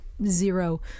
Zero